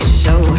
show